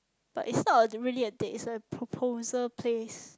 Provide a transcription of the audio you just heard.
but it's not a really a date it's a proposal place